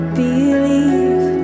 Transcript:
believe